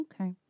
Okay